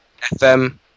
FM